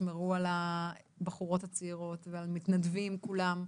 ותשמרו על הבחורות הצעירות ועל המתנדבים כולם.